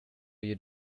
you